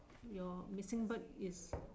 your missing bird is